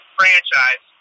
franchise